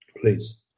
Please